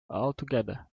altogether